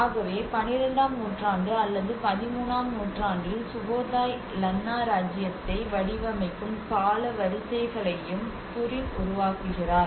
ஆகவே 12 ஆம் நூற்றாண்டு அல்லது 13 ஆம் நூற்றாண்டில் சுகோத்தாய் லன்னா இராச்சியத்தை வடிவமைக்கும் காலவரிசைகளையும் புரின் உருவாக்குகிறார்